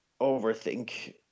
overthink